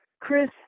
Chris